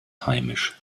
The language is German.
heimisch